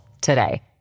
today